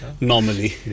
normally